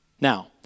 now